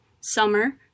summer